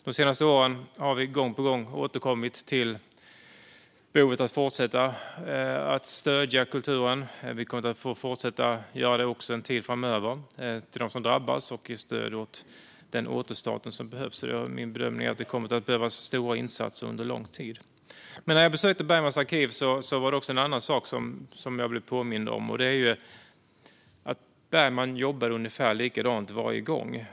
De senaste åren har vi gång på gång återkommit till behovet att fortsätta stödja kulturen. Vi kommer att få fortsätta göra det också en tid framöver för dem som drabbats och den återstart som behövs. Min bedömning är att det kommer att behövas stora insatser under lång tid. När jag besökte Bergmans arkiv var det en annan sak jag blev påmind om - att Bergman jobbade ungefär likadant varje gång.